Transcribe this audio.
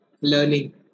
learning